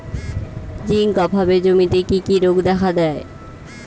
Zinc অভাবে জমিতে কি কি রোগ দেখাদেয়?